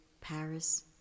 Paris